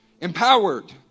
empowered